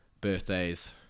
birthdays